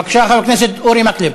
בבקשה, חבר הכנסת אורי מקלב.